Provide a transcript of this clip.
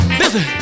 listen